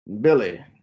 Billy